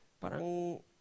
parang